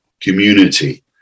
community